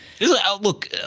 Look